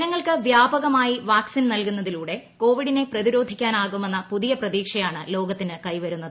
ജനങ്ങൾക്ക് വ്യാപകമായി വാക്സിൻ നൽകുന്നതിലൂടെ കോവിഡിനെ പ്രതിരോധിക്കാനാകുമെന്ന പുതിയ പ്രതീക്ഷയാണ് ലോകത്തിന് കൈവരുന്നത്